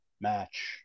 match